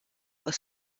was